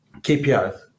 KPIs